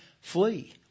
flee